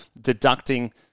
deducting